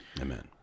amen